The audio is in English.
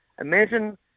imagine